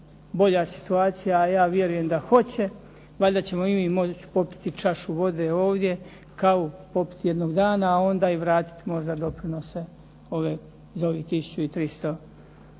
bolja situacija, a vjerujem da hoće, valjda ćemo i mi moći popiti čašu vode ovdje, kavu popiti jednog dana, a onda vratiti doprinose za ovih tisuću